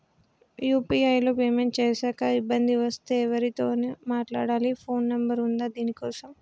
UPI లో payment చేశాక ఇబ్బంది వస్తే ఎవరితో మాట్లాడాలి? ఫోన్ నంబర్ ఉందా దీనికోసం?